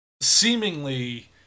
seemingly